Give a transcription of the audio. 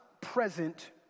present